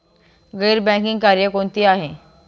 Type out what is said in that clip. गैर बँकिंग कार्य कोणती आहेत?